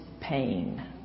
pain